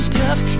tough